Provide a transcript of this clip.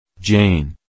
Jane